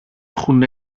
έχουν